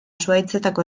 zuhaitzetako